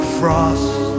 frost